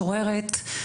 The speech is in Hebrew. משוררת,